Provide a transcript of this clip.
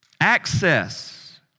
Access